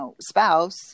spouse